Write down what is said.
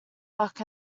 luck